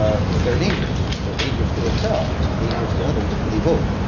they're dangerous. they're dangerous to themselves and dangerous to others when they vote.